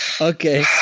Okay